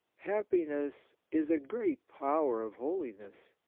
happiness is a great power of holiness.